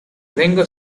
lingo